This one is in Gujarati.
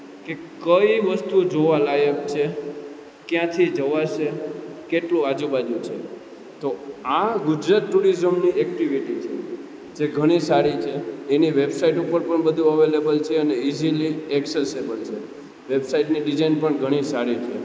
કે કઈ વસ્તુ જોવા લાયક છે ક્યાંથી જવાશે કેટલું આજુ બાજુ છે તો આ ગુજરાત ટુરિઝમની એકટીવિટી છે જે ઘણી સારી છે એની વેબસાઈટ ઉપર પણ બધું અવેલેબલ છે અને ઈઝીલી એક્સેસેબલ છે વેબસાઈડની ડિઝાઈન પણ ઘણી સારી છે